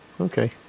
Okay